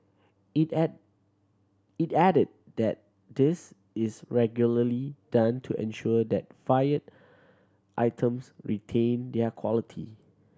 it add it added that this is regularly done to ensure that fired items retain their quality